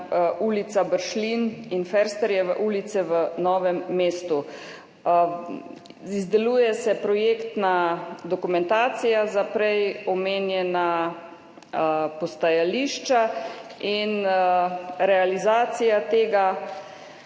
ulice Bršljin in Foersterjeve ulice v Novem mestu. Izdeluje se projektna dokumentacija za prej omenjena postajališča in realizacija tega,